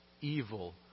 evil